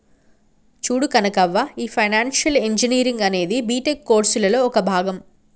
చూడు కనకవ్వ, ఈ financial engineering అనేది బీటెక్ కోర్సులలో ఒక భాగం